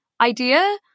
idea